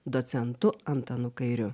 docentu antanu kairiu